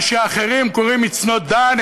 מה שאחרים קוראים it's not done,